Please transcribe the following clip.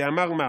"דאמר מר"